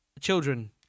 children